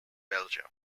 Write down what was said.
belgium